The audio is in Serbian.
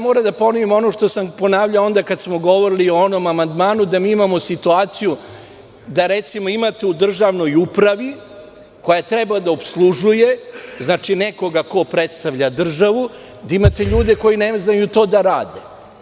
Moram da ponovim ono što sam ponavljao onda kada smo govorili o onom amandmanu da mi imamo situaciju da, recimo, imate u državnoj upravi, koja treba da opslužuje nekoga ko predstavlja državu, da imate ljude koji ne znaju to da rade.